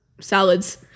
Salads